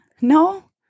No